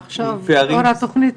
בפשיעה,